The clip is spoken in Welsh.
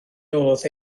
modd